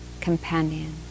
companion